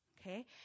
okay